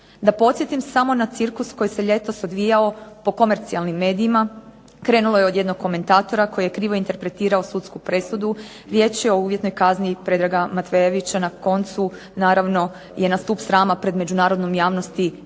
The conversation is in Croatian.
Da podsjetim samo na cirkus koji se ljetos odvijao po komercijalnim medijima. Krenulo je od jednog komentatora koji je krivo interpretirao sudsku presudu. Riječ je o uvjetnoj kazni Predraga Matvejevića. Na koncu naravno je na stup srama pred međunarodnom javnosti bila